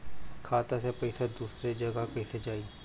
खाता से पैसा दूसर जगह कईसे जाई?